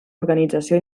organització